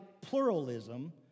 Pluralism